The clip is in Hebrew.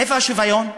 איפה השוויון?